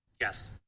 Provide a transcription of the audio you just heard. Yes